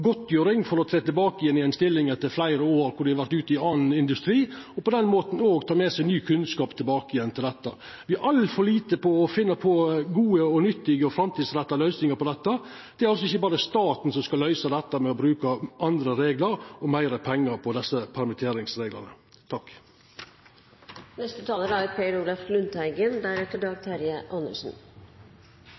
for å tre inn i ei stilling igjen etter fleire år der dei har vore ute i annan industri, og på den måten òg ta med seg ny kunnskap tilbake. Me er altfor lite på når det gjeld å finna gode, nyttige og framtidsretta løysingar på dette. Det er ikkje berre staten som skal løysa dette med å bruka andre reglar og meir pengar på desse permitteringsreglane. Når representanten Stefan Heggelund, nå med støtte av Ove Bernt Trellevik, kom med så sterke uttalelser, er